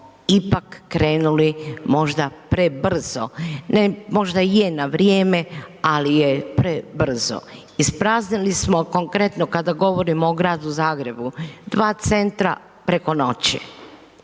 ipak krenuli možda prebrzo, možda i je na vrijeme, ali je prebrzo. Ispraznili smo, konkretno kada govorimo o Gradu Zagrebu, dva centra preko noći,